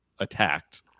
attacked